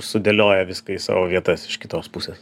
sudėlioja viską į savo vietas iš kitos pusės